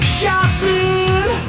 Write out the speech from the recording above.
Shopping